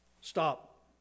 Stop